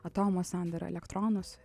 atomo sandarą elektronus